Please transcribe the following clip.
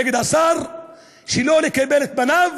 נגד השר שלא לקבל את פניו,